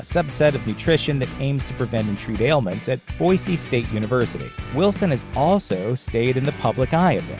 subset of nutrition that aims to prevent and treat ailments, at boise state university. wilson has also stayed in the public eye a